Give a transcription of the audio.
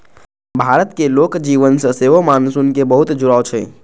भारतक लोक जीवन सं सेहो मानसूनक बहुत जुड़ाव छै